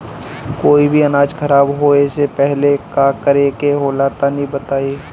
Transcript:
कोई भी अनाज खराब होए से पहले का करेके होला तनी बताई?